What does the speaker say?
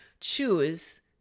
choose